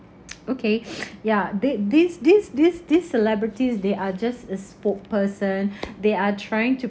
okay ya they these these these these celebrities they are just a spokesperson they are trying to